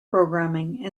programming